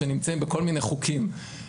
שנמצאים בכל מיני חוקים,